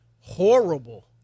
horrible